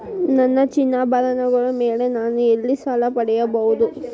ನನ್ನ ಚಿನ್ನಾಭರಣಗಳ ಮೇಲೆ ನಾನು ಎಲ್ಲಿ ಸಾಲ ಪಡೆಯಬಹುದು?